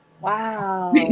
Wow